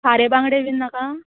खारे बांगडे बीन नाका